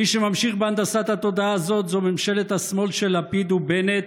מי שממשיך בהנדסת התודעה הזאת זה ממשלת השמאל של לפיד ובנט,